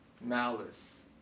Malice